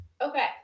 Okay